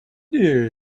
day